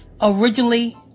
originally